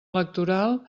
electoral